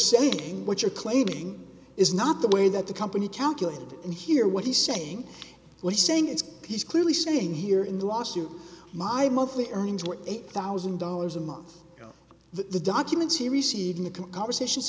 saying what you're claiming is not the way that the company calculated it and hear what he's saying what he's saying is he's clearly saying here in the last year my monthly earnings were eight thousand dollars a month the documents he received in the conversation